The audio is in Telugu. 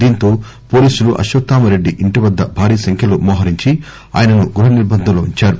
దీంతో పోలీసులు అశ్వత్థామ రెడ్డి ఇంటి వద్ద భారీ సంఖ్యలో మోహరించి ఆయన ను గృహ నిర్బందం లో ఉంచారు